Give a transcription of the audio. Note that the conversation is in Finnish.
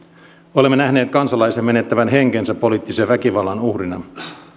olemme nähneet kansalaisen menettävän henkensä poliittisen väkivallan uhrina